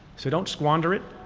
so don't squander it.